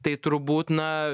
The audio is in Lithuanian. tai turbūt na